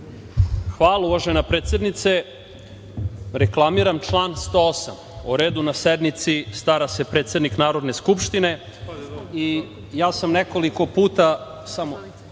Hvala, uvažena predsednice. Reklamiram član 108. O redu na sednici stara se predsednik Narodne skupštine. Ja